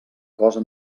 cosa